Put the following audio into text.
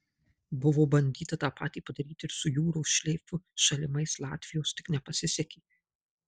buvo bandyta tą patį padaryti ir su jūros šleifu šalimais latvijos tik nepasisekė